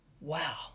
wow